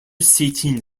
seating